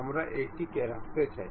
আমরা এটা আবার দেখতে পারি